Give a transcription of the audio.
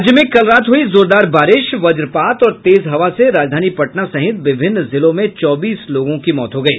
राज्य में कल रात हुई जोरदार बारिश वज्रपात और तेज हवा से राजधानी पटना सहित विभिन्न जिलों में चौबीस लोगों की मौत हो गयी